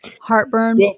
heartburn